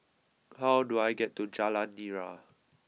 how do I get to Jalan Nira